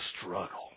struggle